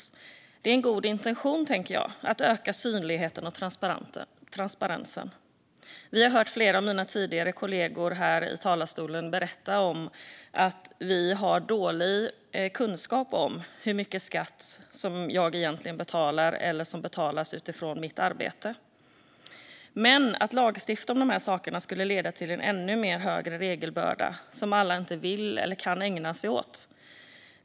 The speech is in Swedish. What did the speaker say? Jag tänker att det är en god intention att öka synligheten och transparensen. Vi har hört flera av mina kollegor berätta här i talarstolen att kunskapen är dålig om hur mycket skatt man egentligen betalar eller vad som betalas utifrån ens arbete. Om vi lagstiftar om de sakerna skulle det dock leda till en ännu högre regelbörda, som inte alla vill eller kan ägna sig åt.